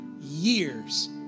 years